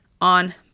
on